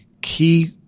key